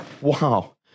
wow